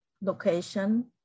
location